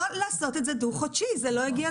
לא לעשות את זה דו חודשי, זה לא הגיוני.